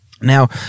now